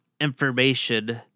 information